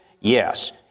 Yes